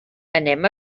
anem